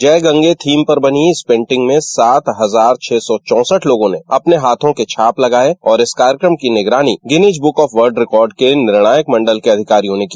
जय गंगे थीम पर बनी इस पेंटिंग में सात हजार छह सौ चौंसठ लोगों ने अपने हाथों के छाप लगाये और इस कार्यक्रम की निगरानी गिनीज विश्व बुक रिकार्ड के निर्णायक मंडल के अधिकारियों ने की